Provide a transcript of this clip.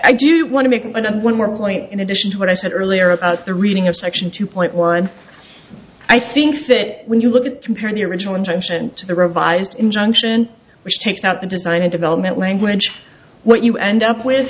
i do want to make another one more point in addition to what i said earlier about the reading of section two point one i think that when you look at comparing the original intention to the revised injunction which takes out the decided to belmont language what you end up with